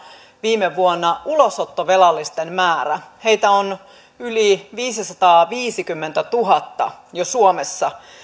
viime vuonna ulosottovelallisten määrä heitä on suomessa jo yli viisisataaviisikymmentätuhatta